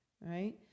right